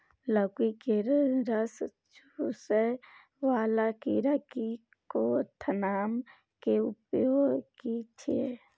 लौकी के रस चुसय वाला कीरा की रोकथाम के उपाय की छै?